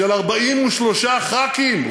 של 43 ח"כים.